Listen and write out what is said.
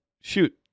shoot